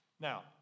Now